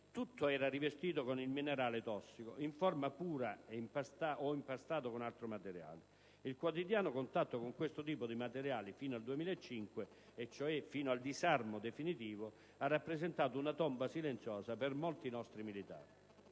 tutto era rivestito con il minerale tossico, in forma pura o impastato con altro materiale. Il quotidiano contatto con questo tipo di materiali fino al 2005, e cioè fino al disarmo definitivo, ha rappresentato una tomba silenziosa per molti nostri militari.